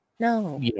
No